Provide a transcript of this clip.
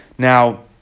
Now